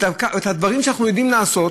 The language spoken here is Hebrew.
את הדברים שאנחנו יודעים לעשות,